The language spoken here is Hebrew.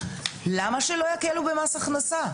למה שלא יקלו במס הכנסה?